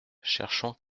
cherchons